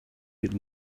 bit